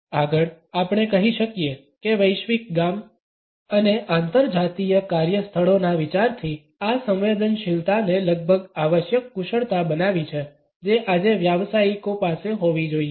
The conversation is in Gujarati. આગળ આપણે કહી શકીએ કે વૈશ્વિક ગામ અને આંતરજાતીય કાર્યસ્થળોના વિચારથી આ સંવેદનશીલતાને લગભગ આવશ્યક કુશળતા બનાવી છે જે આજે વ્યાવસાયિકો પાસે હોવી જોઈએ